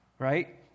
Right